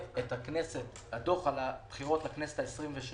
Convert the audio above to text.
הדוח על הבחירות לכנסת ה-23